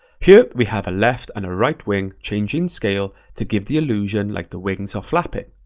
here, we have a left and a right wing changing scale to give the illusion like the wings are flapping.